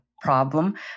problem